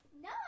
No